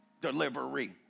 delivery